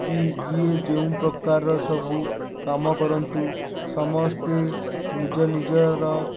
କି ଯିଏ ଯେଉଁ ପ୍ରକାରର ସବୁ କାମ କରନ୍ତୁ ସମସ୍ତେ ନିଜ ନିଜର